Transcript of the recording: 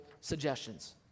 suggestions